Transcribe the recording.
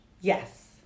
Yes